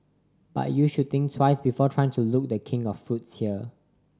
but you should think twice before trying to loot The King of fruits here